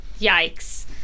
Yikes